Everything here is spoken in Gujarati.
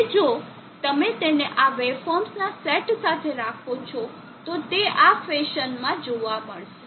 હવે જો તમે તેને આ વેવફોર્મ્સના સેટ સાથે રાખો છો તો તે આ ફેશનમાં જોવા મળશે